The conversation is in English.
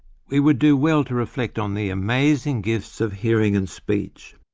we would do well to reflect on the amazing gifts of hearing and speech.